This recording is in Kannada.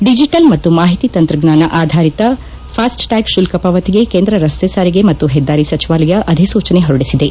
ಡಿಜೆಟಲ್ ಮತ್ತು ಮಾಹಿತಿ ತಂತ್ರಜ್ಞಾನ ಆಧಾರಿತ ಫಾಸ್ಟೆಟ್ಯಾಗ್ ಶುಲ್ಕ ಪಾವತಿಗೆ ಕೇಂದ್ರ ರಸ್ತೆ ಸಾರಿಗೆ ಮತ್ತು ಹೆದ್ದಾರಿ ಸಚಿವಾಲಯ ಅಧಿಸೂಚನೆ ಹೊರಡಿಸಿದೆ